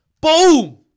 Boom